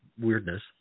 weirdness